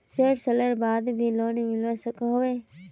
सैट सालेर बाद भी लोन मिलवा सकोहो होबे?